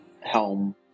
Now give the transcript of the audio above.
Helm